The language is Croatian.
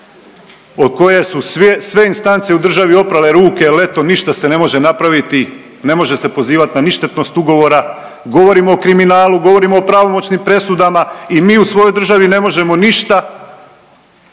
od koje su sve instance u državi oprale ruke jer eto, ništa se ne može napraviti, ne može se pozivati na ništetnost ugovora, govorimo o kriminalu, govorimo o pravomoćnim presudama i mi u svojoj državi ne možemo ništa,